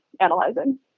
analyzing